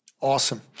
Awesome